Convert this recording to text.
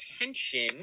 attention